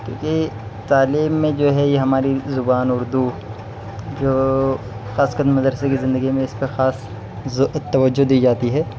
کیونکہ تعلیم میں جو ہے یہ ہماری زبان اردو جو خاص کر مدرسے کی زندگی میں اس کا خاص توجہ دی جاتی ہے